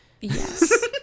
yes